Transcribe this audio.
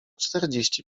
czterdzieści